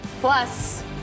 Plus